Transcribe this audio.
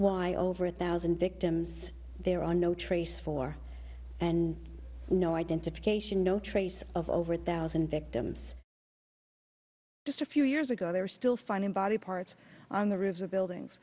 why over a thousand victims there are no trace for and no identification no trace of over a thousand victims just a few years ago they were still finding body parts on the roofs of buildings